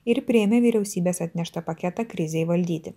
ir priėmė vyriausybės atneštą paketą krizei valdyti